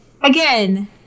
again